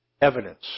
Evidence